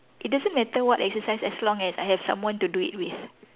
it doesn't matter what exercise as long as I have someone to do it with